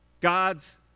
God's